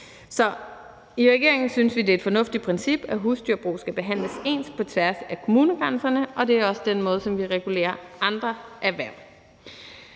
Så i regeringen synes vi, det er et fornuftigt princip, at husdyrbrug skal behandles ens på tværs af kommunegrænserne, og det er også den måde, vi regulerer andre erhverv